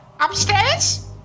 upstairs